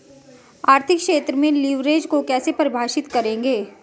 आर्थिक क्षेत्र में लिवरेज को कैसे परिभाषित करेंगे?